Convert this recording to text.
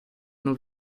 non